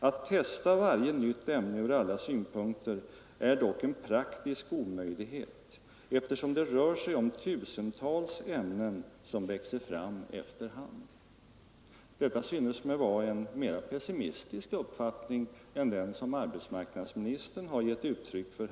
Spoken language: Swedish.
—-- Att testa varje nytt ämne ur alla synpunkter är dock en praktisk omöjlighet, eftersom det rör sig om 1 000-tals ämnen som växer fram efter hand.” Detta synes mig vara en mera pessimistisk uppfattning än den som arbetsmarknadsministern här har givit uttryck för.